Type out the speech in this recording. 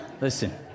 listen